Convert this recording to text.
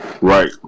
right